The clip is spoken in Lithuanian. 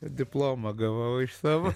diplomą gavau iš savo